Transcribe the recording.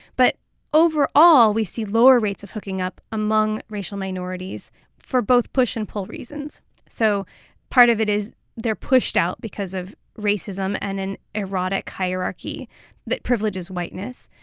but overall, we see lower rates of hooking up among racial minorities for both push and pull reasons so part of it is they're pushed out because of racism and an erotic hierarchy that privileges whiteness.